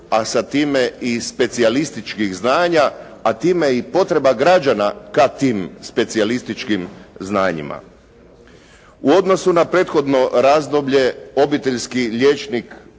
a sa time i specijalističkih znanja, a time i potreba građana ka tim specijalističkih znanjima. U odnosu na prethodno razdoblje, obiteljski liječnik,